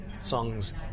songs